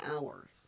hours